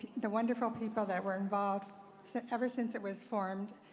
the wonderful people that were involved ever since it was formed,